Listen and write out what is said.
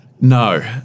No